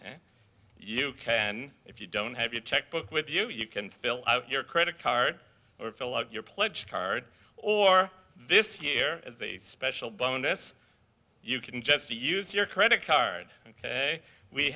and you can if you don't have your checkbook with you you can fill out your credit card or fill out your pledge card or this year as a special bonus you can just use your credit card ok we